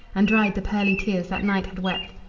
and dried the pearly tears that night had wept,